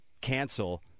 cancel